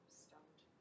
stumped